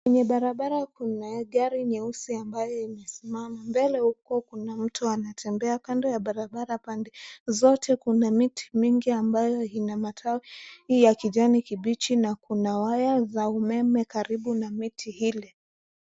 Kwenye barabara kuu kuna gari nyeusi ambayo imesimama. Mbele huko kuna mtu anatembea. Kando ya barabara pande zote kuna miti mingi ambayo ina majani ya kijani kibichi na kuna waya za umeme karibu na miti hili.